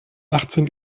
achtzehn